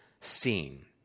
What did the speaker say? seen